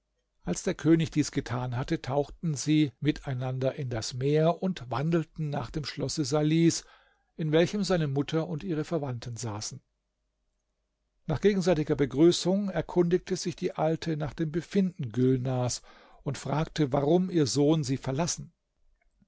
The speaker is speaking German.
als der könig dies getan hatte tauchten sie miteinander in das meer und wandelten nach dem schlosse salihs in welchem seine mutter und ihre verwandten saßen nach gegenseitiger begrüßung erkundigte sich die alte nach dem befinden gülnars und fragte warum ihr sohn sie verlassen